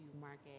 market